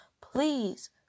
please